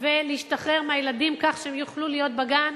ולהשתחרר מהילדים כך שהם יוכלו להיות בגן,